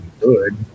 good